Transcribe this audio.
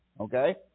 Okay